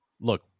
look